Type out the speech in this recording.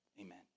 Amen